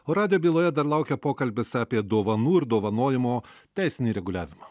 radijo laidoje dar laukia pokalbis apie dovanų ir dovanojimo teisinį reguliavimą